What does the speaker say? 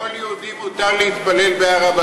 תענה להם שלכל יהודי מותר להתפלל בהר-הבית.